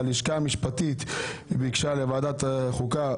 הלשכה המשפטית ביקשה להעביר לוועדת החוקה,